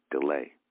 delay